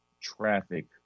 traffic